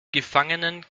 gefangenen